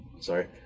Sorry